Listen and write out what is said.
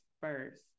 first